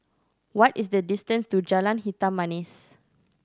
what is the distance to Jalan Hitam Manis